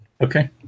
Okay